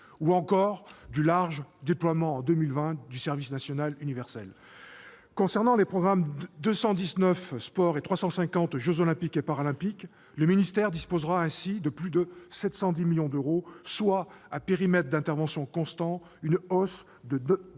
ou encore du large déploiement, en 2020, du service national universel. Concernant les programmes 219, « Sport », et 350, « Jeux Olympiques et Paralympiques 2024 », le ministère disposera ainsi de plus de 710 millions d'euros, soit, à périmètre d'intervention constant, une hausse de 9,8